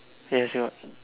yes what